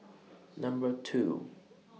Number two